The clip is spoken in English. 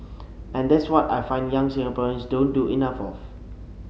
and that's what I find young Singaporeans don't do enough of